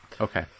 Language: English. Okay